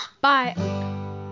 Bye